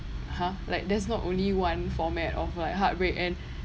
!huh! like there's not only one format of like heartbreak and